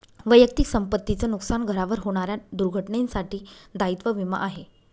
वैयक्तिक संपत्ती च नुकसान, घरावर होणाऱ्या दुर्घटनेंसाठी दायित्व विमा आहे